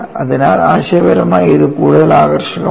അതിനാൽ ആശയപരമായി ഇത് കൂടുതൽ ആകർഷകമാണ്